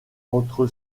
entre